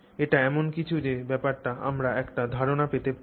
এটি এমন কিছু যে ব্যাপারে আমরা একটি ধারণা পেতে চাই